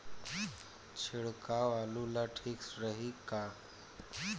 छिड़काव आलू ला ठीक रही का?